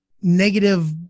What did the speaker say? negative